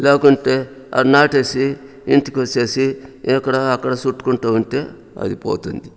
లేకుంటే నాటేసి ఇంటికొచ్చేసి ఇక్కడా అక్కడా చుట్టుకుంటూ ఉంటే అది పోతుంది